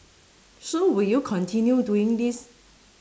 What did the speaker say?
so will you continue doing this